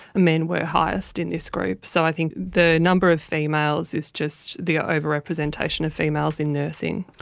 men were highest in this group. so i think the number of females is just the overrepresentation of females in nursing.